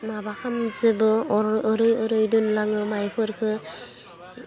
माबा खालामजोबो अर ओरै ओरै दोनलाङो मायफोरखौ